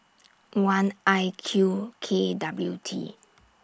one I Q K W T